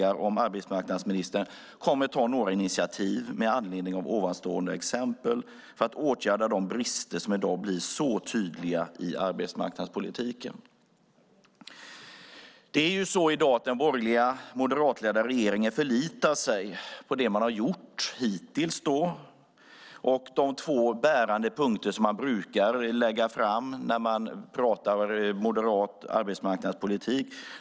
Jag frågar om arbetsmarknadsministern kommer att ta några initiativ med anledning av ovanstående exempel för att åtgärda de brister i arbetsmarknadspolitiken som i dag blir så tydliga. I dag förlitar sig den borgerliga, moderatledda regeringen på det man har gjort hittills och de två bärande punkter som man brukar lägga fram när man pratar moderat arbetsmarknadspolitik.